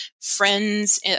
friends